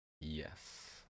Yes